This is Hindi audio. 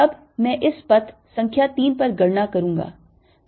अब मैं इस पथ संख्या 3 पर गणना करूंगा